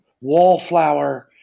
Wallflower